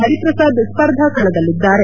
Hariprasad ಸ್ಲರ್ಧಾಕಣದಲ್ಲಿದ್ದಾರೆ